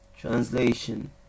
Translation